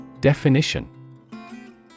Definition